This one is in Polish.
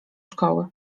szkoły